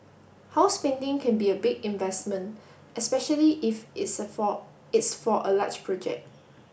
house painting can be a big investment especially if it's for it's for a large project